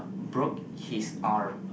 broke his arm